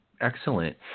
Excellent